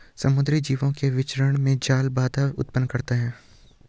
समुद्री जीवों के विचरण में जाल बाधा उत्पन्न करता है